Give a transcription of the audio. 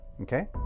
okay